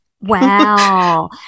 Wow